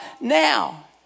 now